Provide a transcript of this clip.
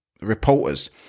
reporters